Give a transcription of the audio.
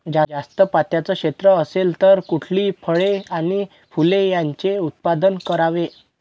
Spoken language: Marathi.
जास्त पात्याचं क्षेत्र असेल तर कुठली फळे आणि फूले यांचे उत्पादन करावे?